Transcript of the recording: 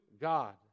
God